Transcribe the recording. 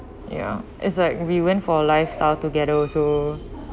ya is like we went for lifestyle together also